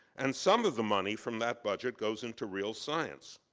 and some of the money from that budget goes into real science.